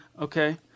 okay